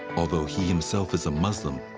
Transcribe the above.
although he himself is a muslim,